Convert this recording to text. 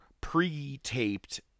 pre-taped